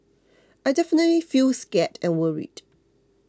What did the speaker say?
I definitely feel scared and worried